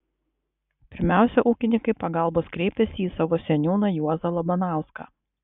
pirmiausia ūkininkai pagalbos kreipėsi į savo seniūną juozą labanauską